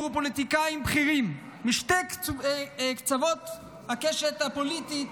ופוליטיקאים בכירים משתי קצוות הקשת הפוליטית,